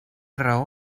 raó